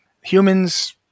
humans